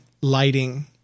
lighting